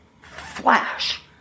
flash